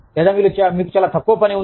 లేదా మీకు చాలా తక్కువ పని ఉంది